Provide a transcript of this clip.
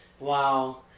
Wow